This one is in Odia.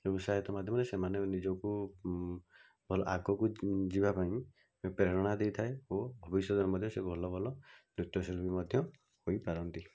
ଏଇ ଉତ୍ସାହିତ ମାଧ୍ୟମରେ ସେମାନେ ନିଜକୁ ଅଲ ଆଗକୁ ଯିବାପାଇଁ ପ୍ରେରଣା ଦେଇଥାଏ ଓ ଭବିଷ୍ୟତ ମଧ୍ୟ ସେ ଭଲ ଭଲ ନୃତ୍ୟଶିଳ୍ପୀ ମଧ୍ୟ ହୋଇପାରନ୍ତି